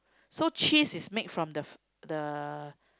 so cheese is make from the the